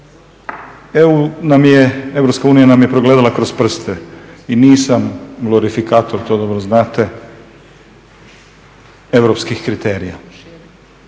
unija nam je progledala kroz prste i nisam glorifikator, to dobro znate, europskih kriterija